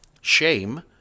Shame